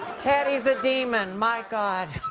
teddy is a demon, my god.